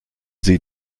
sie